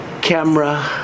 camera